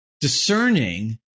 discerning